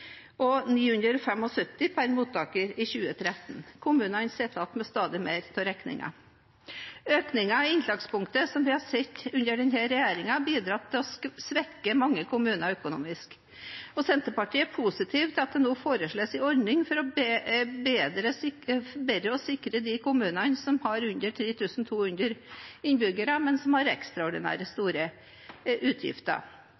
2013. Kommunene sitter igjen med stadig mer av regningen. Økningen i innslagspunktet som vi har sett under denne regjeringen, har bidratt til å svekke mange kommuner økonomisk. Senterpartiet er positivt til at det nå foreslås en ordning for bedre å sikre de kommunene som har under 3 200 innbyggere, men som har